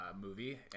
movie